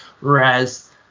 Whereas